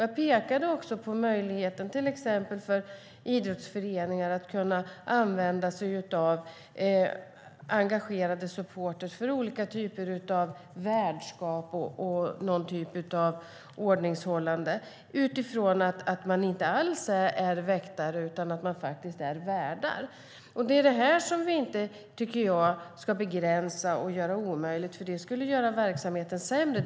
Jag pekade också på möjligheten till exempel för idrottsföreningar att använda sig av engagerade supportrar för olika typer av värdskap och någon typ av ordningshållande, utifrån att man inte alls är väktare utan att man faktiskt är värd. Det är det här som jag inte tycker att vi ska begränsa och göra omöjligt, för det skulle göra verksamheten sämre.